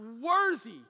worthy